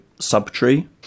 subtree